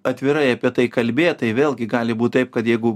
atvirai apie tai kalbėt tai vėlgi gali būt taip kad jeigu